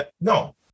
No